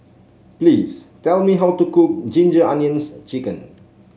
please tell me how to cook Ginger Onions chicken